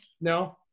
No